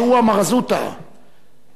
צטט, צטט אני אצטט.